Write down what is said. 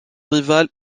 rival